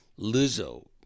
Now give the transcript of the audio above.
Lizzo